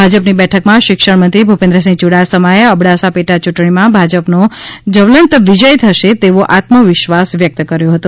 ભાજપની બેઠકમાં શિક્ષણમંત્રી ભૂપેન્દ્રસિંહ યુડાસમાએ અબડાસા પેટા ચુંટણીમાં ભાજપનો જ્વલંત વિજય થશે તેવો આત્મવિશ્વાસ વ્યક્ત કર્યો હતો